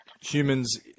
humans